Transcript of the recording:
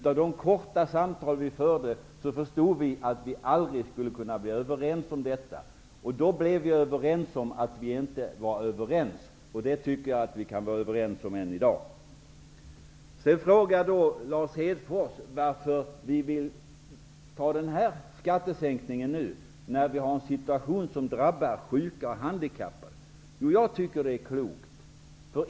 Av de korta samtal vi förde om dem förstod vi att vi aldrig skulle kunna bli överens, och då blev vi överens om att vi inte var överens, och det tycker jag vi kan vara överens om än i dag. Sedan frågar Lars Hedfors varför vi vill ta den här skattesänkningen nu, när vi har en situation som drabbar sjuka och handikappade. Jag tycker det är klokt.